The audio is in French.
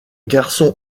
garçon